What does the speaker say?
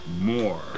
more